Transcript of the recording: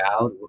out